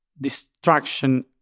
destruction